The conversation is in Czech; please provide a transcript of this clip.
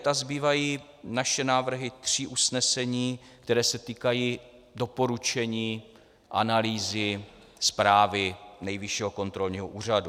A zbývají naše návrhy tří usnesení, která se týkají doporučení, analýzy, zprávy Nejvyššího kontrolního úřadu.